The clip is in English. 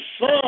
Son